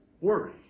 Worry